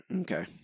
Okay